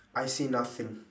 I see nothing